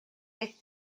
left